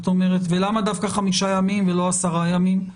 ולמה דווקא חמישה ימים ולא עשרה ימים?